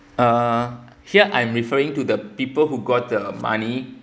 uh here I'm referring to the people who got the money